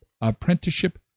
Apprenticeship